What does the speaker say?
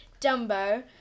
Dumbo